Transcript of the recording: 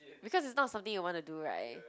because it's not something you wanna do [right]